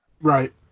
Right